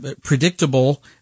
predictable